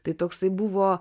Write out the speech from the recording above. tai toksai buvo